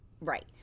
right